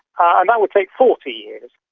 ah and that would take forty years.